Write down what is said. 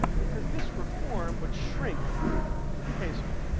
because this reform would shrink k street,